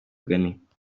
twabishatse